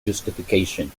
justification